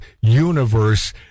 universe